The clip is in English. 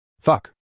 Fuck